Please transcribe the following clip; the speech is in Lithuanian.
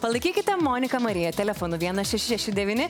palaikykite moniką mariją telefonu vienas šeši šeši devyni